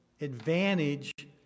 advantage